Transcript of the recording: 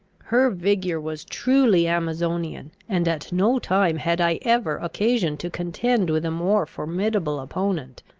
her vigour was truly amazonian, and at no time had i ever occasion to contend with a more formidable opponent.